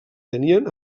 tenien